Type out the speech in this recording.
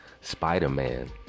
spider-man